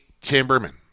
Timberman